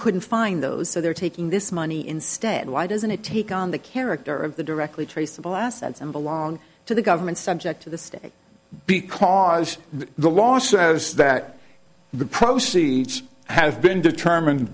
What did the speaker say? couldn't find those so they're taking this money instead why doesn't it take on the character of the directly traceable assets and belong to the government subject to the state because the law says that the proceeds has been determined